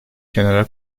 kenara